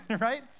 right